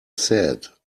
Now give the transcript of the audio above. said